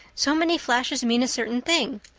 so many flashes mean a certain thing.